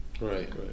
Right